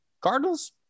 Cardinals